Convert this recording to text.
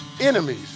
enemies